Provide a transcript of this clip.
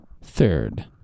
Third